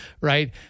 Right